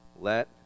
let